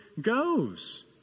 goes